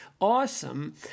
awesome